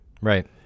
Right